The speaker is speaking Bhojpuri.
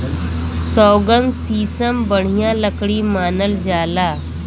सौगन, सीसम बढ़िया लकड़ी मानल जाला